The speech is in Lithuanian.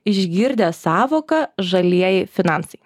išgirdę sąvoką žalieji finansai